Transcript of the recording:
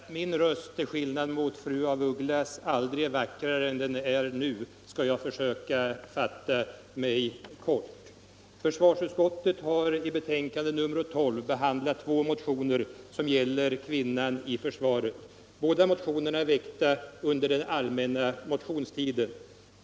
Fru talman! Trots att min röst till skillnad från fru af Ugglas aldrig är vackrare än den är nu, skall jag försöka fatta mig kort. Försvarsutskottet har i sitt betänkande nr 12 behandlat två motioner som gäller kvinnan i försvaret, båda väckta under den allmänna motionstiden.